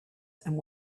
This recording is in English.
and